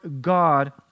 God